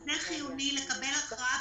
חיוני לקבל גם פה הכרעה.